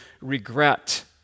regret